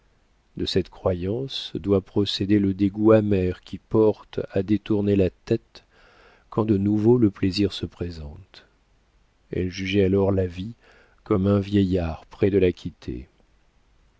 de cette croyance doit procéder le dégoût amer qui porte à détourner la tête quand de nouveau le plaisir se présente elle jugeait alors la vie comme un vieillard près de la quitter